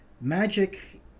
magic